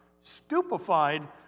stupefied